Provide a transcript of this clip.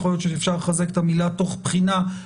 יכול להיות שצריך לחזק את המילה "תוך בחינה",